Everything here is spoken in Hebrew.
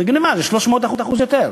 זאת גנבה, זה 300% יותר.